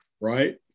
Right